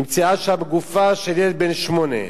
נמצאה שם גופה של ילד בן שמונה,